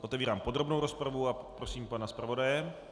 Otevírám podrobnou rozpravu a poprosím pana zpravodaje.